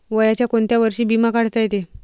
वयाच्या कोंत्या वर्षी बिमा काढता येते?